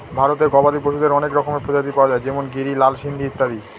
ভারতে গবাদি পশুদের অনেক রকমের প্রজাতি পাওয়া যায় যেমন গিরি, লাল সিন্ধি ইত্যাদি